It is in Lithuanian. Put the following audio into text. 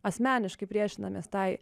asmeniškai priešinamės tai